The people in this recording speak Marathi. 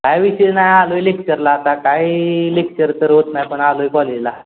काही विषय नाही आलो आहे लेक्चरला आता काय लेक्चर तर होत नाही पण आलो आहे कॉलेजला